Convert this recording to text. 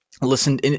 listen